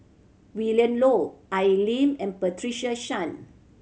Willin Low Al Lim and Patricia Chan